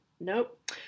nope